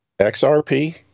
XRP